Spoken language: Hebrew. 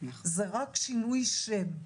זה רק שינוי שם,